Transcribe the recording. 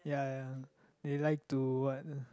ya ya they like to what